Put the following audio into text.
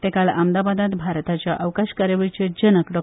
ते काल अहमदाबादात भारताच्या अवकाश कार्यावळीचे जनक डॉ